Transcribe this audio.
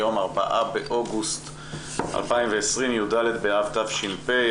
היום 4 באוגוסט 2020, י"ד באב התש"פ.